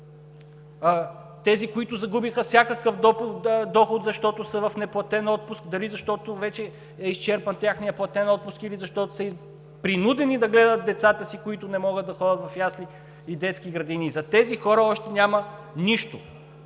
тези, които загубиха всякакъв доход, защото са в неплатен отпуск, дали защото вече е изчерпан техният платен отпуск, или защото са принудени да гледат децата си, които не могат да ходят в ясли и детски градини. За тези хора още няма нищо!